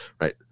right